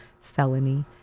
felony